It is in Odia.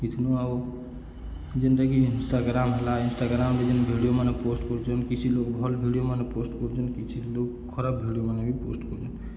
କିଛିନ ଆଉ ଯେନ୍ତାକି ଇନଷ୍ଟାଗ୍ରାମ୍ ହେଲା ଇନଷ୍ଟାଗ୍ରାମ୍ରେ ଯେନ୍ ଭିଡ଼ିଓମାନେେ ପୋଷ୍ଟ କରୁଛନ୍ କିଛି ଲୋଗ୍ ଭଲ ଭିଡ଼ିଓମାନେ ପୋଷ୍ଟ କରୁଛନ୍ କିଛି ଲୋଗ୍ ଖରାପ ଭିଡ଼ିଓମାନେେ ବି ପୋଷ୍ଟ କରୁଛନ୍